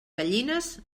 gallines